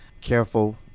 careful